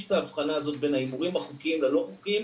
את האבחנה הזאת בין ההימורים החוקיים ללא חוקיים,